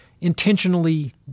intentionally